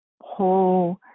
whole